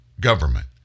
government